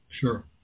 sure